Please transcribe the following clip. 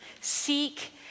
Seek